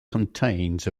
contains